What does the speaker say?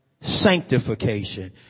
sanctification